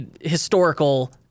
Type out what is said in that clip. historical